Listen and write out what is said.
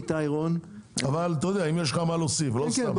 אבל אם יש לך מה להוסיף, לא סתם.